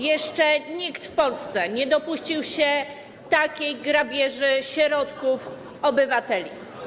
Jeszcze nikt w Polsce nie dopuścił się takiej grabieży środków obywateli.